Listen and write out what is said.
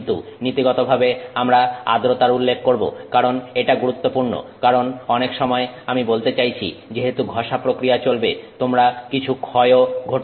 কিন্তু নীতিগত ভাবে আমরা আদ্রতার উল্লেখ করব কারণ এটা গুরুত্বপূর্ণ কারণ অনেক সময় আমি বলতে চাইছি যেহেতু ঘষা প্রক্রিয়া চলবে তোমরা কিছু ক্ষয়ও ঘটতে দেখবে